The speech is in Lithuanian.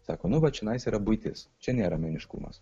sako nu vat čionais yra buitis čia nėra meniškumas